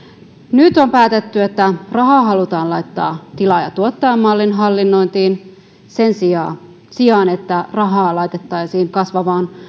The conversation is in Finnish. nyt on päätetty että rahaa halutaan laittaa tilaaja tuottaja mallin hallinnointiin sen sijaan sijaan että rahaa laitettaisiin kasvavaan